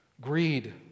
Greed